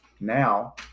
now